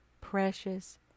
precious